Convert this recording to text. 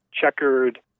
checkered